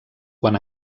quan